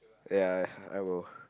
ya I will